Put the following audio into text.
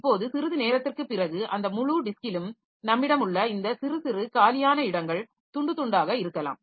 இப்போது சிறிது நேரத்திற்குப் பிறகு அந்த முழு டிஸ்க்கிலும் நம்மிடம் உள்ள இந்த சிறுசிறு காலியான இடங்கள் துண்டு துண்டாக இருக்கலாம்